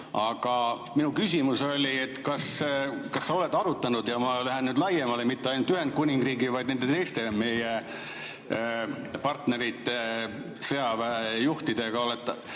Aga minu küsimus oli, et kas sa oled arutanud – ja ma lähen nüüd laiemale – mitte ainult Ühendkuningriigi, vaid nende teiste meie partnerite sõjaväejuhtidega, kas